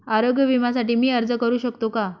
आरोग्य विम्यासाठी मी अर्ज करु शकतो का?